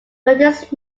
curtiss